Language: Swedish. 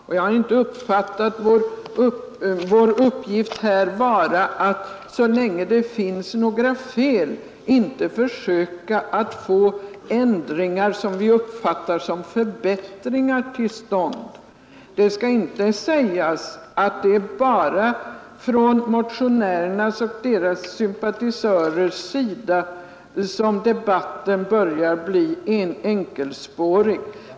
Vi har inte uppfattat vår uppgift här i riksdagen vara att så länge det finns några fel inte försöka få till stånd ändringar som vi uppfattar som förbättringar. Det skall inte sägas, att det är bara från motionärernas och deras sympatisörers sida som debatten börjar bli enkelspårig.